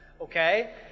Okay